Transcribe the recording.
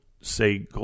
say